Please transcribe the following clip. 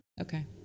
Okay